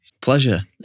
Pleasure